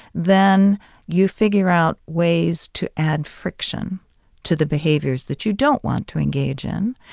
then you figure out ways to add friction to the behaviors that you don't want to engage in.